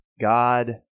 God